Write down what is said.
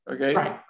okay